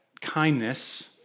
kindness